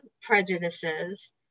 prejudices